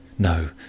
No